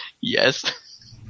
Yes